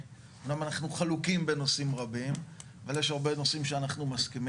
אומנם אנחנו חלוקים בנושאים רבים אבל יש הרבה נושאים שאנחנו מסכימים